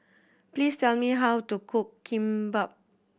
please tell me how to cook Kimbap